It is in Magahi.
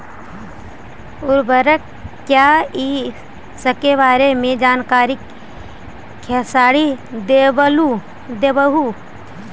उर्वरक क्या इ सके बारे मे जानकारी खेसारी देबहू?